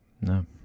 No